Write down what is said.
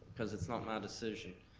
cause it's not my decision,